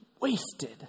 wasted